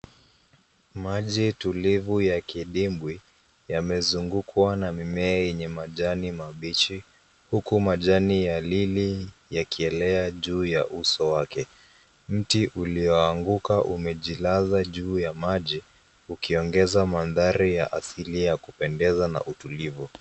Maji tulivu ya dimbwi yamezungukwa na mimea yenye majani mabichi huku majani ya lily yakielea juu ya uso wake mti ulioanguka umejilaza juu ya maji ukiongeza mandhari ya asili ya kupendeza na utulivu.